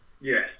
Yes